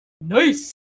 Nice